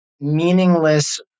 meaningless